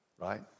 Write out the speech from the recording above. right